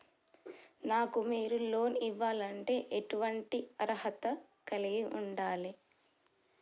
నాకు మీరు లోన్ ఇవ్వాలంటే ఎటువంటి అర్హత కలిగి వుండాలే?